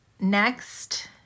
next